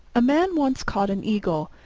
a man once caught an eagle,